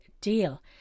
deal